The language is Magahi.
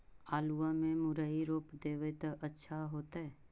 आलुआ में मुरई रोप देबई त अच्छा होतई?